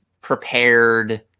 prepared